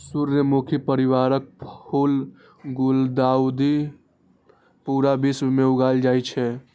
सूर्यमुखी परिवारक फूल गुलदाउदी पूरा विश्व मे उगायल जाए छै